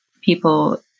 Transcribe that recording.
people